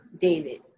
David